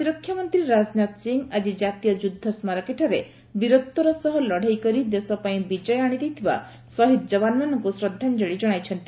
ପ୍ରତିରକ୍ଷା ମନ୍ତୀ ରାଜନାଥ ସିଂହ ଆକି ଜାତୀୟ ଯୁବସ୍କାରକୀଠାରେ ବୀରତ୍ୱର ସହ ଲଢ଼େଇ କରି ଦେଶପାଇଁ ବିଜୟ ଆଶି ଦେଇଥିବା ଶହୀଦ୍ ଯବାନମାନଙ୍କୁ ଶ୍ରଦ୍ବାଞ୍ଞଳି ଜଶାଇଛନ୍ତି